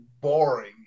boring